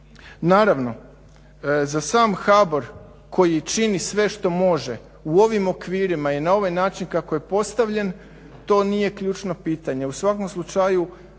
Naravno za sam HBOR koji čini sve što može u ovim okvirima i na ovaj način kako je postavljen to nije ključno pitanje.